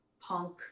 punk